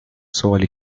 سوالی